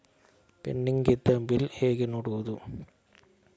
Pending ಇದ್ದ bill ಹೇಗೆ ನೋಡುವುದು?